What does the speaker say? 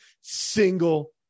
single